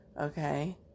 okay